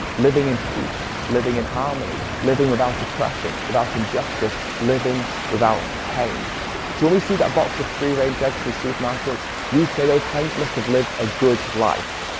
living in peace, living in harmony, living without oppression, without injustice, living without pain. so when we see that box of free-range eggs in the supermarket we say those hens must have lived a good life.